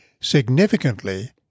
Significantly